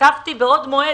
וכתבתי בעוד מועד,